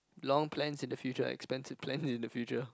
long plan in the future expensive plan in the future